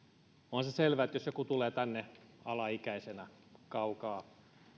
on se selvää että jos joku tulee tänne alaikäisenä kaukaa